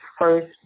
first